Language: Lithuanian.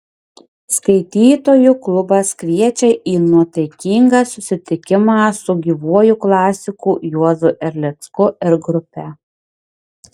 skaitytojų klubas kviečia į nuotaikingą susitikimą su gyvuoju klasiku juozu erlicku ir grupe